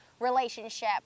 Relationship